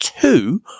two